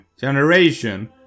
generation